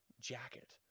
jacket